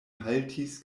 haltis